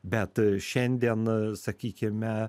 bet šiandien sakykime